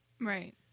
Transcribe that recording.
Right